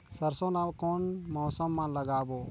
सरसो ला कोन मौसम मा लागबो?